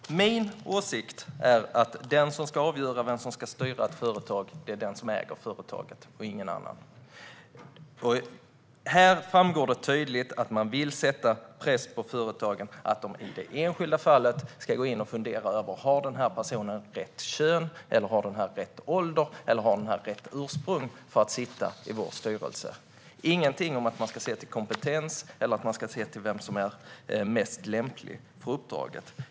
Herr talman! Min åsikt är att den som ska avgöra vem som ska styra ett företag är den som äger företaget och ingen annan. Här framgår det tydligt att man vill sätta press på företagen så att det i det enskilda fallet ska fundera över om personen har rätt kön, om personen har rätt ålder eller om personen har rätt ursprung för att sitta i företagets styrelse. Det sägs ingenting om att man ska se till kompetens eller till vem som är mest lämplig för uppdraget.